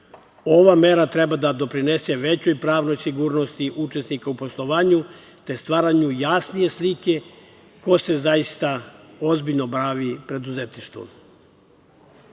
Ova mera treba da doprinese većoj pravnoj sigurnosti učesnika u poslovanju te stvaranju jasnije slike ko se zaista ozbiljno bavi preduzetništvom.U